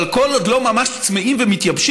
אבל כל עוד לא ממש צמאים ומתייבשים,